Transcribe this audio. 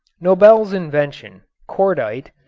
nobel's invention, cordite,